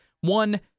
One